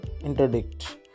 interdict